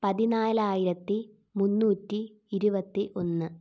പതിനാലായിരത്തി മുന്നൂറ്റി ഇരുപത്തി ഒന്ന്